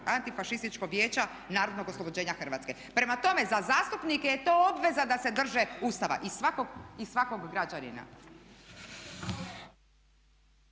antifašističkog vijeća narodnog oslobođenja Hrvatske. Prema tome za zastupnike je to obveza da se drže Ustava i svakog građanina.